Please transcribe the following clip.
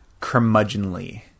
curmudgeonly